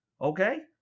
okay